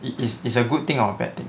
it is it's a good thing or a bad thing